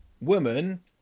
woman